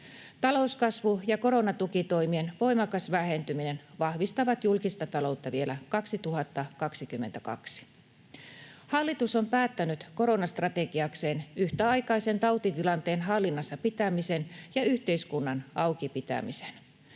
Talouskasvu ja koronatukitoimien voimakas vähentyminen vahvistavat julkista taloutta vielä 2022. Hallitus on päättänyt koronastrategiakseen yhtäaikaisen tautitilanteen hallinnassa pitämisen ja yhteiskunnan auki pitämisen.